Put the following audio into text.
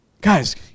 Guys